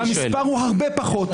המספר הוא הרבה פחות.